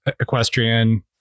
equestrian